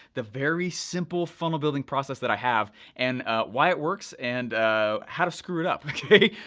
the very simple funnel building process that i have and why it works and how to screw it up. okay?